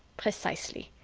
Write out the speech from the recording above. precisely.